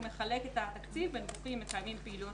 הוא מחלק את התקציב בין גופים מקיימים פעילויות